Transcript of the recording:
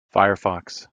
firefox